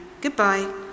goodbye